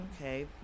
Okay